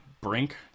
Brink